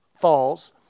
falls